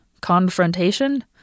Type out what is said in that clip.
confrontation